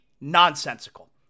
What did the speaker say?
nonsensical